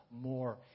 more